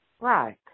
Right